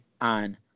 on